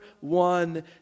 one